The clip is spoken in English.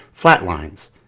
flatlines